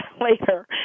later